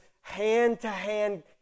hand-to-hand